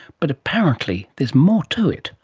but apparently there's more to it,